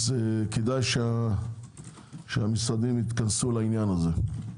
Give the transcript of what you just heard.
אז כדאי שהמשרדים יתכנסו לעניין הזה.